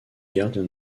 gardien